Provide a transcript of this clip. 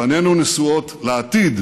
פנינו נשואות לעתיד,